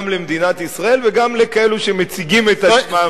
למדינת ישראל וגם לכאלה שמציגים את עצמם,